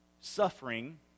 suffering